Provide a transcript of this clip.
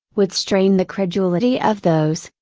would strain the credulity of those,